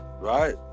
Right